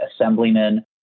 assemblyman